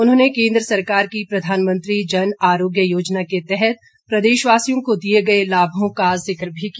उन्होंने केन्द्र सरकार की प्रधानमंत्री जन आरोग्य योजना के तहत प्रदेशवासियों को दिए गए लाभों का जिक भी किया